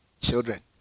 Children